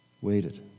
Waited